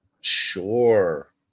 Sure